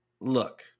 look